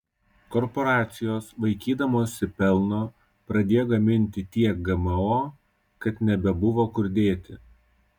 korporacijos vaikydamosi pelno pradėjo gaminti tiek gmo kad nebebuvo kur dėti